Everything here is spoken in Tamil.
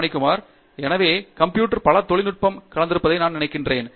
பாணிகுமார் எனவே பல தொழில்நுட்பம் கலந்திருப்பதாக நான் நினைக்கிறேன்